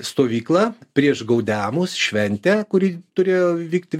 stovyklą prieš gaudeamus šventę kuri turėjo vykti